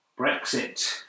Brexit